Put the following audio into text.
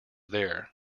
there